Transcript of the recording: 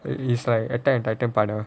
it is like attack on titan partner